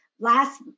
last